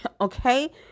Okay